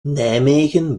nijmegen